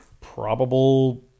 probable